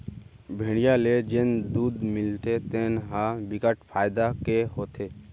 भेड़िया ले जेन दूद मिलथे तेन ह बिकट फायदा के होथे